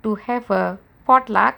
to have a potluck